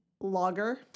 Logger